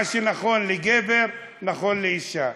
מה שנכון לגבר, נכון לאישה.